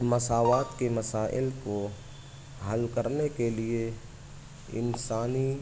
مساوات کے مسائل کو حل کرنے کے لیے انسانی